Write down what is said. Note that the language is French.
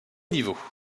niveau